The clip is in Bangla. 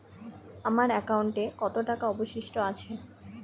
আমার একাউন্টে কত টাকা অবশিষ্ট আছে?